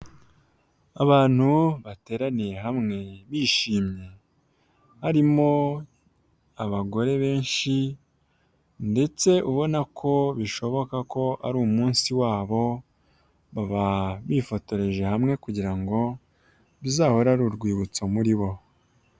Abantu bateraniye hamwe bishimye; harimo abagore benshi, ndetse ubona ko bishoboka ko ari umunsi wabo, baba bifotoreje hamwe kugira ngo bizahore ari urwibutso muri bo.